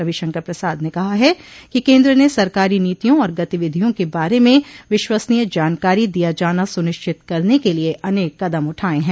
रविशंकर प्रसाद ने कहा है कि केन्द्र ने सरकारी नीतियों आर गतिविधियों के बारे में विश्वसनीय जानकारी दिया जाना सुनिश्चित करने के लिए अनेक कदम उठाये हैं